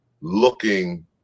looking